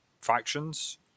factions